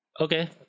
Okay